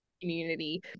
community